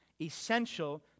essential